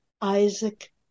isaac